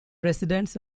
residents